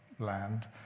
Land